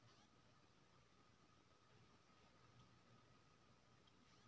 हम अपन लोन के राशि भुगतान ओटोमेटिक खाता से केना लिंक करब?